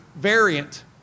variant